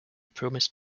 promised